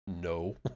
No